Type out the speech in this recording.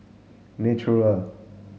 Naturel